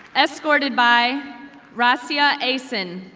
escorted by razia azen,